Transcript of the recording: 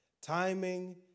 Timing